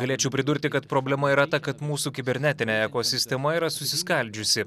galėčiau pridurti kad problema yra ta kad mūsų kibernetinė ekosistema yra susiskaldžiusi